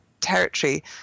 territory